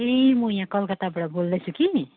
ए म यहाँ कलकत्ताबाट बोल्दैछु कि